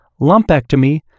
lumpectomy